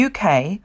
UK